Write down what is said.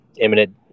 imminent